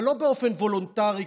אבל לא באופן וולונטרי,